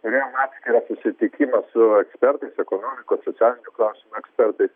turėjom atskirą susitikimą su ekspertais ekonomikos socialinių klausimų ekspertais